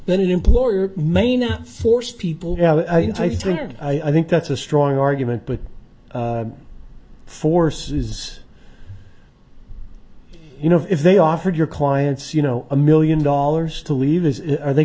then an employer may not force people and i think i think that's a strong argument but forces you know if they offered your clients you know a million dollars to leave as are they